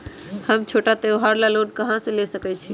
हम छोटा त्योहार ला लोन कहां से ले सकई छी?